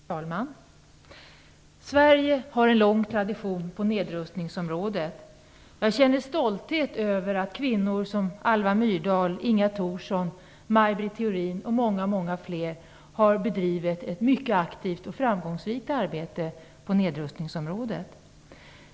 Fru talman! Sverige har en lång tradition på nedrustningsområdet. Jag känner stolthet över att kvinnor som Alva Myrdal, Inga Thorsson, Maj Britt Theorin och många många fler har bedrivit ett mycket aktivt och framgångsrikt arbete på det området.